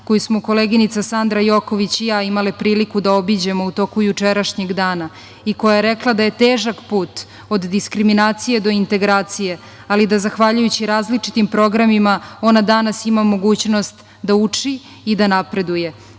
koju smo koleginica Sandra Joković i ja imale priliku da obiđemo u toku jučerašnjeg dana i koja je rekla da je težak put od diskriminacije do integracije, ali da zahvaljujući različitim programima ona danas ima mogućnost da uči i da napreduje. To